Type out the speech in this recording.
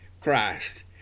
Christ